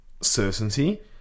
certainty